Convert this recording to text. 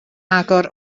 agor